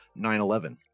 9-11